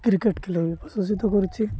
cricket ଖେଳ ବି ପ୍ରଶାସିତ କରୁଛି